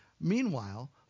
Meanwhile